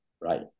right